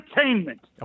Entertainment